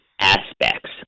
aspects